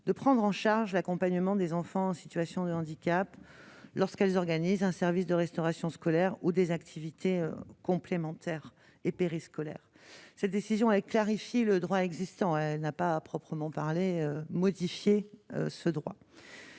de prendre en charge l'accompagnement des enfants en situation de handicap lorsqu'elles organisent un service de restauration scolaire ou des activités complémentaires et périscolaire, cette décision a clarifié le droit existant n'a pas à proprement parler modifié ce droit,